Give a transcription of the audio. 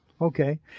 Okay